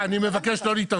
שלא מגובה בשום מקום רפואי,